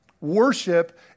Worship